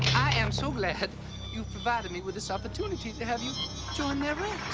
i am so glad you've provided me with this opportunity to have you join their